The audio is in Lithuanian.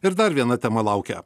ir dar viena tema laukia